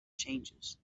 changes